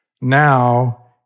Now